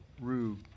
Rue